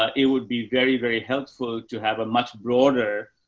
ah it would be very, very helpful to have a much broader,